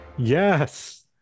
Yes